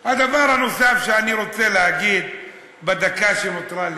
הדבר הנוסף שאני רוצה להגיד בדקה שנותרה לי: